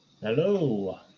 Hello